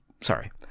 Sorry